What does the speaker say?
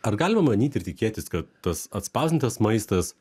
ar galima manyt ir tikėtis kad tas atspausdintas maistas